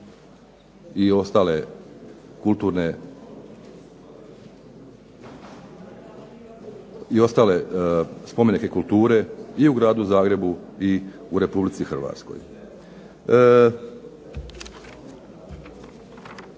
i ostale spomenike kulture i u Gradu Zagrebu i u Republici Hrvatskoj.